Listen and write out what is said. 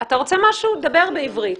אתה רוצה משהו, דבר בעברית.